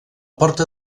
porta